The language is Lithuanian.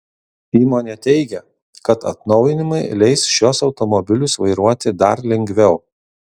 įmonė teigia kad atnaujinimai leis šiuos automobilius vairuoti dar lengviau